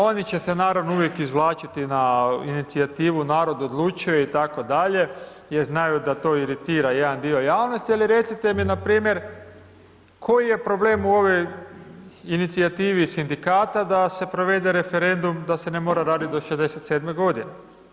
Oni će se naravno uvijek izvlačiti na inicijativu „Narod odlučuje“ i tako dalje, jer znaju da to iritira jedan dio javnosti, ali recite mi na primjer, koji je problem u ovoj inicijativi Sindikata da se provede referendum da se ne mora raditi do 67 godine?